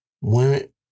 women